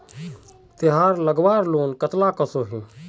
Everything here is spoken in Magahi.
तेहार लगवार लोन कतला कसोही?